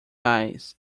eyes